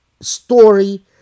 story